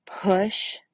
push